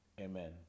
Amen